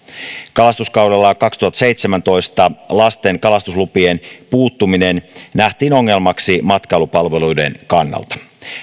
kalastuskaudella kaksituhattaseitsemäntoista lasten kalastuslupien puuttuminen nähtiin ongelmaksi matkailupalveluiden kannalta